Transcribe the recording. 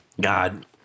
god